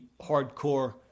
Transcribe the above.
hardcore